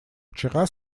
вчера